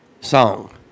song